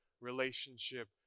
relationship